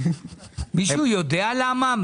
מישהו יודע למה?